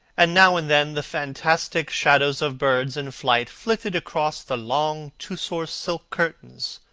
and now and then the fantastic shadows of birds in flight flitted across the long tussore-silk curtains